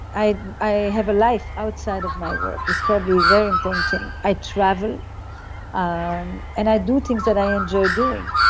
i i have a life outside of my work. it's probably a very important thing. i travel um and i do things that i enjoy doing.